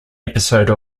episode